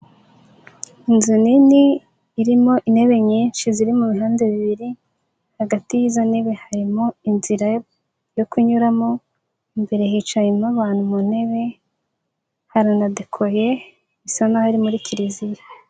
Inzu nini irimo intebe nyinshi ziri mu bihande bibiri, hagati y'izo ntebe harimo inzira yo kunyuramo, imbere hicayemo abantu mu ntebe haranadekoye bisa naho ari muri kiliziya.